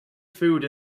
food